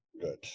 good